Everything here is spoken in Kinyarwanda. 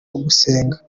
gusenga